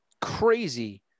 crazy